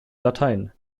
latein